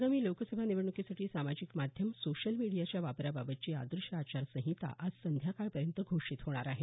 आगामी लोकसभा निवडणुकीसाठी सामाजिक माध्यम सोशल मिडियाच्या वापरा बाबतची आदर्श आचार संहिता आज संध्याकाळपर्यंत घोषित होणार आहे